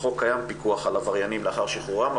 בחוק קיים פיקוח על עבריינים לאחר שחרורם,